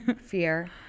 fear